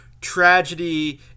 tragedy